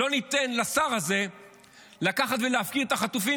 לא ניתן לשר הזה לקחת ולהפקיר את החטופים